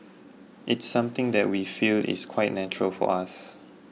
it's something that we feel is quite natural for us